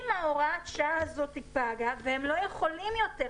אם הוראת השעה הזאת פגה והם לא יכולים יותר,